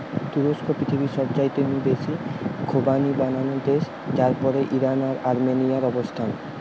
তুরস্ক পৃথিবীর সবচাইতে নু বেশি খোবানি বানানা দেশ যার পরেই ইরান আর আর্মেনিয়ার অবস্থান